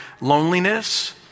loneliness